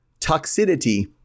toxicity